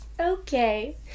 Okay